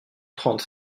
trente